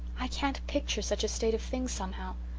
i can't picture such a state of things somehow.